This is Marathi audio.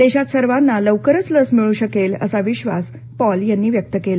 देशात सर्वांना लवकरच लस मिळू शकेल असा विश्वास त्यांनी व्यक्त केला